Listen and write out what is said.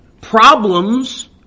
Problems